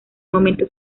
momento